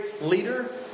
leader